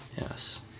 Yes